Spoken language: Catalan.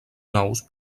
nous